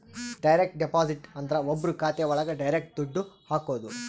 direct deposit ಅಂದ್ರ ಒಬ್ರು ಖಾತೆ ಒಳಗ ಡೈರೆಕ್ಟ್ ದುಡ್ಡು ಹಾಕೋದು